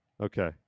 Okay